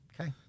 Okay